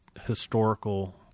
historical